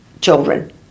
children